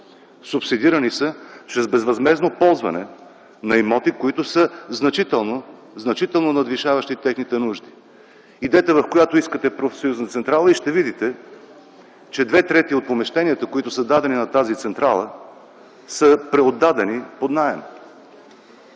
Субсидирани са чрез безвъзмездно ползване на имоти, които са значително надвишаващи техните нужди. Идете в която искате профсъюзна централа и ще видите, че две трети от помещенията, които са дадени на тази централа, са преотдадени под наем.